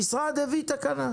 המשרד הביא תקנה.